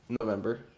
november